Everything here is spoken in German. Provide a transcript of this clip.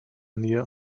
nähe